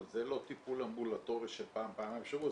אבל זה לא טיפול אמבולטורי של פעם-פעמיים בשבוע,